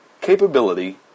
Capability